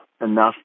enough